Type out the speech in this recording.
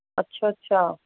ਅੱਛਾ ਅੱਛਾ